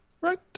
right